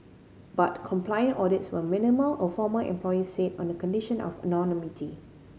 but compliance audits were minimal a former employee said on the condition of anonymity